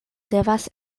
devas